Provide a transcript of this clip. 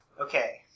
Okay